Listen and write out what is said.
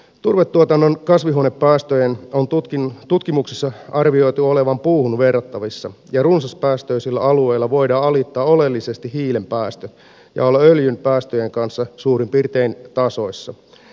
turvetuotannon kasvihuonepäästöjen on tutkimuksissa arvioitu olevan puuhun verrattavissa ja runsaspäästöisillä alueilla voidaan alittaa oleellisesti hiilen päästöt ja olla öljyn päästöjen kanssa suurin piirtein tasoissa